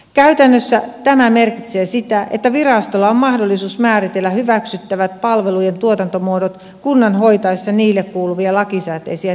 käytännössä tämä merkitsee sitä että virastolla on mahdollisuus määritellä hyväksyttävät palvelujen tuotantomuodot kunnan hoitaessa sille kuuluvia lakisääteisiä tehtäviä